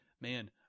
Man